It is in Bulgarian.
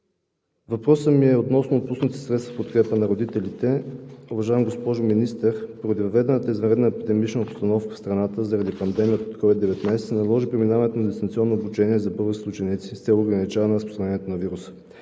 Въпросът ми е относно отпуснати средства в подкрепа на родителите. Уважаема госпожо Министър, поради въведената извънредна епидемична обстановка в страната заради пандемията от COVID-19 се наложи преминаването на дистанционно обучение за българските ученици, с цел ограничаване разпространението на вируса.